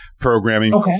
programming